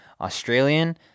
australian